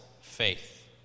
faith